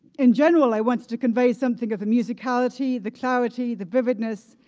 in general, i want to convey something of musicality, the clarity, the vividness,